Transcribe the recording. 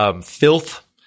filth